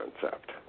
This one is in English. concept